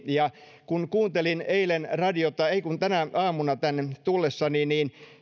ja kun kuuntelin radiota tänä aamuna tänne tullessani niin